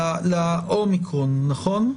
לאומיקרון, נכון?